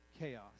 chaos